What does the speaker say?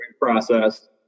process